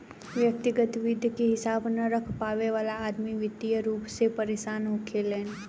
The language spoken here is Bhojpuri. व्यग्तिगत वित्त के हिसाब न रख पावे वाला अदमी वित्तीय रूप से परेसान होखेलेन